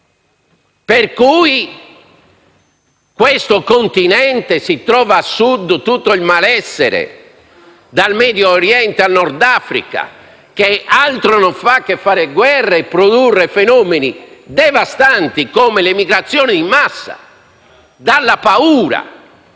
per cui questo Continente si trova a Sud tutto il malessere, dal Medio Oriente al Nord Africa, che non fa altro che fare guerre e produrre fenomeni devastanti come l'emigrazione di massa dalla paura.